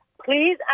Please